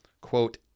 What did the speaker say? quote